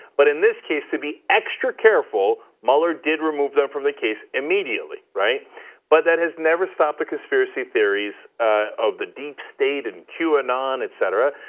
but in this case, to be extra careful, mueller did remove them from the case immediately. but that has never stopped the conspiracy theories of the deep state and qanon, etc.